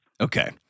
Okay